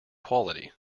quality